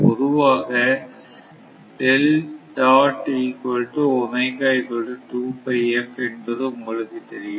பொதுவாக என்பது உங்களுக்குத் தெரியும்